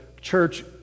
church